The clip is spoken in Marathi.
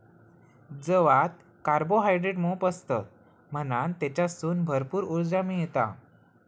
जवात कार्बोहायड्रेट मोप असतत म्हणान तेच्यासून भरपूर उर्जा मिळता